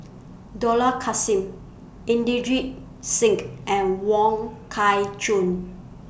Dollah Kassim Inderjit Singh and Wong Kah Chun